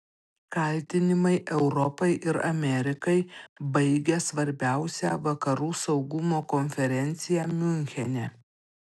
kaltinimai europai ir amerikai baigia svarbiausią vakarų saugumo konferenciją miunchene